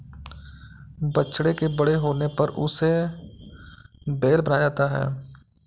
बछड़े के बड़े होने पर उसे बैल बनाया जाता है